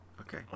Okay